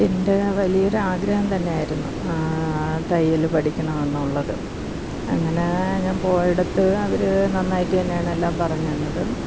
എൻ്റെ വലിയൊരാഗ്രഹം തന്നെയായിരുന്നു തയ്യല് പഠിക്കണമെന്നുള്ളത് അങ്ങനെ ഞാൻ പോയിടത്ത് അവര് നന്നായിട്ട് തന്നെയാണെല്ലാം പറഞ്ഞുതന്നത്